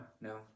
no